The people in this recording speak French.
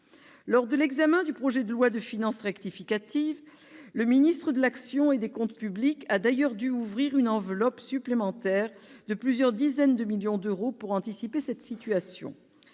Lors de l'examen du projet de loi de finances rectificative, le ministre de l'action et des comptes publics a d'ailleurs dû ouvrir une enveloppe supplémentaire de plusieurs dizaines de millions d'euros pour anticiper cette situation.